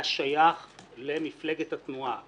היה שייך למפלגת התנועה,